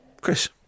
Chris